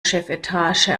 chefetage